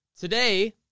today